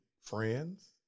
friends